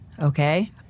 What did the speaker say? Okay